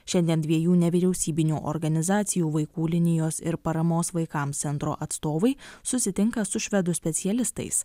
šiandien dviejų nevyriausybinių organizacijų vaikų linijos ir paramos vaikams centro atstovai susitinka su švedų specialistais